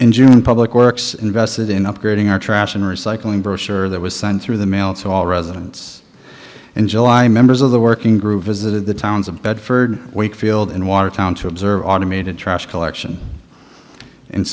in june public works invested in upgrading our trash and recycling brochure that was sent through the mail to all residents in july members of the working group visited the towns of bedford wakefield in watertown to observe automated trash collection in